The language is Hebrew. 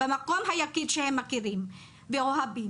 במקום היחיד שהם מכירים ואוהבים.